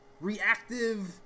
reactive